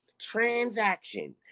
transaction